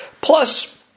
Plus